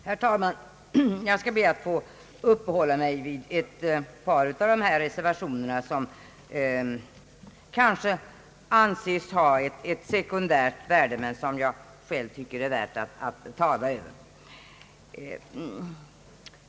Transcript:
Herr talman! Jag skall be att få uppehålla mig vid ett par av reservationerna, vilka kanske anses ha ett sekundärt värde men som jag själv tycker är värda att beakta.